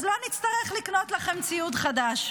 אז לא נצטרך לקנות לכם ציוד חדש.